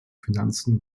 finanzen